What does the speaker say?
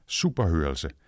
superhørelse